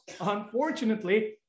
unfortunately